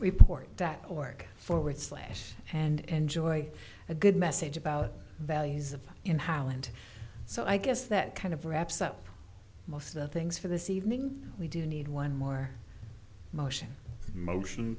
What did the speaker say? report dot org forward slash and enjoy a good message about values of in holland so i guess that kind of wraps up most of the things for this evening we do need one more motion motion